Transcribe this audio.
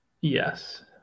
Yes